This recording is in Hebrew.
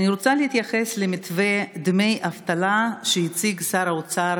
אני רוצה להתייחס למתווה דמי האבטלה שהציג שר האוצר